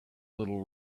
little